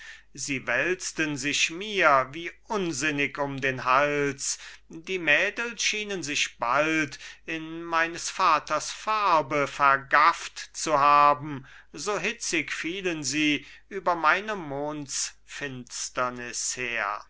sie wälzten sich mir wie unsinnig um den hals die mädel schienen sich bald in meines vaters farbe vergafft zu haben so hitzig fielen sie über meine mondsfinsternis her